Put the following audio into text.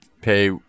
pay